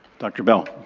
dr. bell.